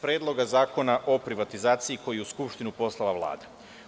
Predloga zakona o privatizaciji koji je u Skupštinu poslala Vlada.